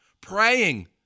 Praying